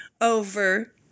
over